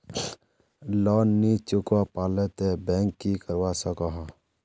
Loan नी चुकवा पालो ते बैंक की करवा सकोहो?